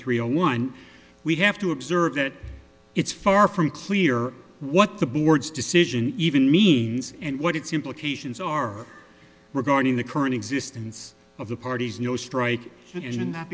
three zero one we have to observe that it's far from clear what the board's decision even means and what its implications are regarding the current existence of the parties no strike in that